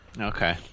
Okay